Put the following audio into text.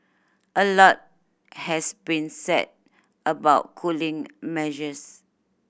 a lot has been said about cooling measures